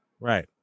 Right